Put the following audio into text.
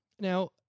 Now